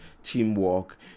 teamwork